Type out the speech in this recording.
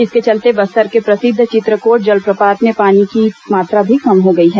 इसके चलते बस्तर के प्रसिद्व चित्रकोट जलप्रपात में पानी की मात्रा भी कम हो गई है